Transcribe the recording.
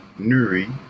Nuri